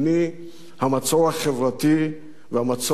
המצור החברתי והמצור הכלכלי,